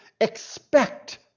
expect